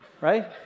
Right